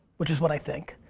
which is what i think,